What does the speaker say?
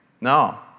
no